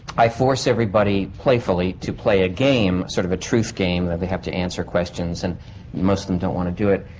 i force everybody, playfully, to play a game. sort of a truth game, where they have to answer questions. and. and most of them don't wanna do it.